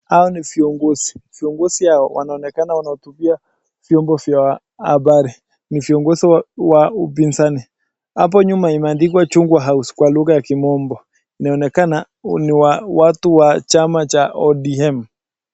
Hao ni vingozi viongozi hao wanaonekana wanahutubia vyombo vya habari ni viongozi wa upinzani. Hapo nyuma imeandikwa chungwa house kwa lugha ya kimombo inaonekana ni wa watu wa chama cha ODM.